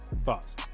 Thoughts